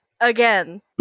again